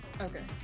Okay